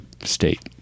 state